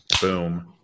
Boom